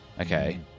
Okay